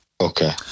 Okay